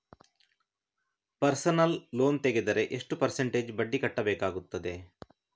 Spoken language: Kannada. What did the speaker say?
ಪರ್ಸನಲ್ ಲೋನ್ ತೆಗೆದರೆ ಎಷ್ಟು ಪರ್ಸೆಂಟೇಜ್ ಬಡ್ಡಿ ಕಟ್ಟಬೇಕಾಗುತ್ತದೆ?